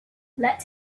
let